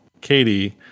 Katie